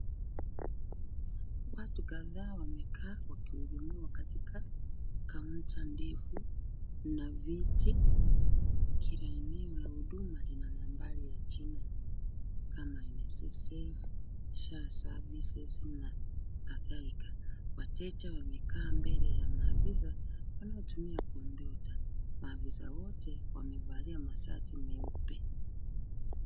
Watu kadhaa wamekaa wakihudumiwa katika kaunta ndefu na viti. Kila eneo la huduma lina nambari ya jina kama NSSF, SHA services na kadhalika. Wateja wamekaa mbele ya maafisa wanaotumia kompyuta. Maafisa wote wamevalia mashati meupe.